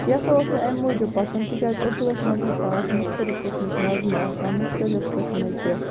یہِ ہسا اوس مےٚ اَمہِ موٗجوٗب پَسنٛد تِکیٛازِ اُردوَس منٛز ہسا آسہٕ مُختلِف قٔسمٕچ نَظمہٕ آسان مُختٔلف قٔسمٕچہِ